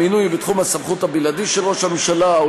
המינוי הוא בתחום הסמכות הבלעדית של ראש הממשלה; הוא